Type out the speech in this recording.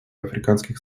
африканских